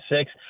six